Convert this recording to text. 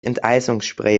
enteisungsspray